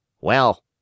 Well